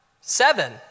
Seven